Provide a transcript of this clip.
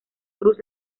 cruz